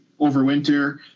overwinter